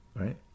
right